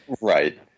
Right